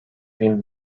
bin